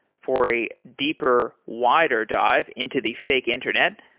for a deeper, wider dive into the fake internet,